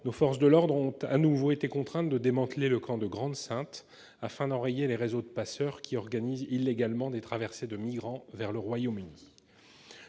nos forces de l'ordre ont de nouveau été contraintes de démanteler le camp de Grande-Synthe, afin d'enrayer les réseaux de passeurs qui organisent illégalement des traversées de migrants vers le Royaume-Uni.